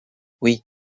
oui